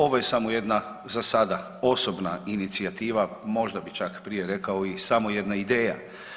Ovo je samo jedna za sada osobna inicijativa, možda bih čak prije rekao i samo jedna ideja.